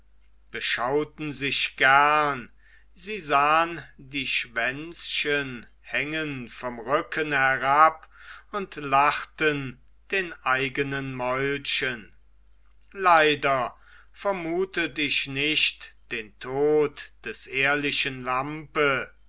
beschauten sich gern sie sahen die schwänzchen hängen vom rücken herab und lachten den eigenen mäulchen leider vermutet ich nicht den tod des ehrlichen lampe